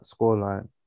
scoreline